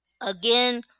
Again